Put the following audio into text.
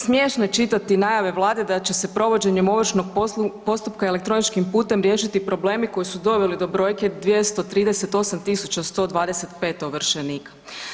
Smiješno je čitati najave vlade da će se provođenjem ovršnog postupka elektroničkim putem riješiti problemi koji su doveli do brojke 238.125 ovršenika.